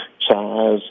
size